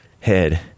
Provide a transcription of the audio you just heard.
head